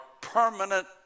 permanent